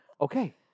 Okay